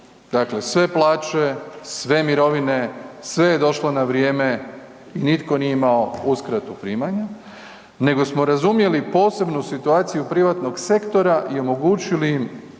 dakle sve plaće, sve mirovine, sve je došlo na vrijeme i nitko nije imao uskratu primanja nego smo razumjeli posebnu situaciju privatnog sektora i omogućili im